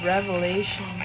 Revelation